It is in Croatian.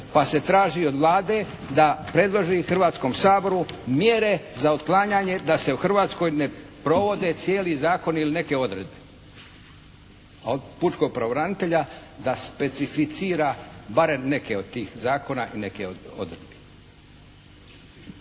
Pa se traži od Vlade da predloži Hrvatskom saboru mjere za otklanjanje da se u Hrvatskoj ne provode cijeli zakoni ili neke odredbe. A od pučkog pravobranitelja da specificira barem neke od tih zakona i neke od odredbi.